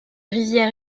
rivière